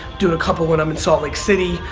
doing a couple when i'm in salt lake city,